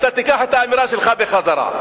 אתה תיקח את המלה שלך בחזרה.